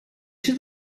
sydd